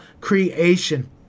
creation